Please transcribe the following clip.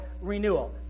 renewal